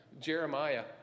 Jeremiah